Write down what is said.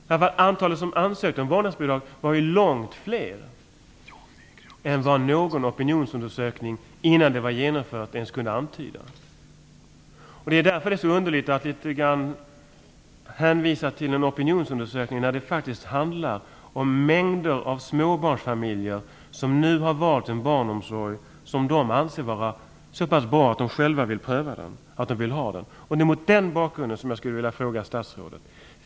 Det antal som ansökte om vårdnadsbidrag var ju långt fler än vad någon opinionsundersökning kunde antyda innan det var genomfört. Det är därför som det verkar underligt att hänvisa till en opinionsundersökning. Det handlar faktiskt om mängder av småbarnsfamiljer som har valt en barnomsorg som de anser vara så bra att de själva vill pröva den. Mot den bakgrunden vill jag ställa en fråga till statsrådet.